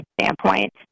standpoint